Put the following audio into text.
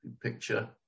picture